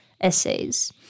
essays